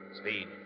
Speed